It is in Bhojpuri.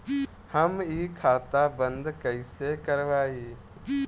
हम इ खाता बंद कइसे करवाई?